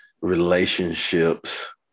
relationships